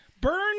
Burn